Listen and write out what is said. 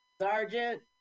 Sergeant